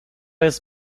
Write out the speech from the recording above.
jest